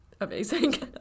amazing